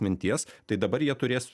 minties tai dabar jie turės